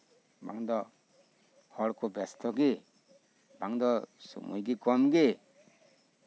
ᱵᱟᱝ ᱫᱚ ᱦᱚᱲ ᱠᱚ ᱵᱮᱥᱛᱚ ᱜᱮ ᱵᱟᱝ ᱫᱚ ᱥᱚᱢᱚᱭ ᱜᱮ ᱠᱚᱢ ᱜᱮ